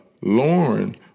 Lauren